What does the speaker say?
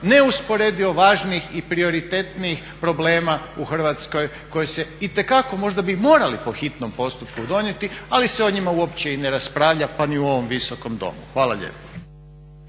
neusporedivo važnih i prioritetnijih problema u Hrvatskoj koji se itekako, možda bi morali po hitnom postupku donijeti ali se o njima uopće i ne raspravlja pa ni u ovom Visokom domu. Hvala lijepo.